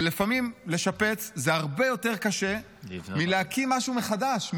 ולפעמים לשפץ זה הרבה יותר קשה ומלהקים משהו מחדש.